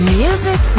music